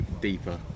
deeper